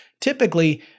Typically